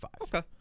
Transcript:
Okay